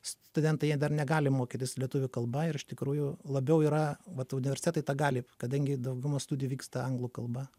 studentai jie dar negali mokytis lietuvių kalba ir iš tikrųjų labiau yra vat universitetai tą gali kadangi dauguma studijų vyksta anglų kalba